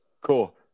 cool